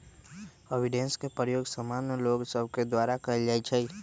avoidance के प्रयोग सामान्य लोग सभके द्वारा कयल जाइ छइ